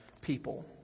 people